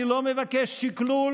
אני לא מבקש שקלול